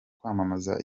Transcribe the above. kwamamaza